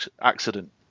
accident